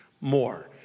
more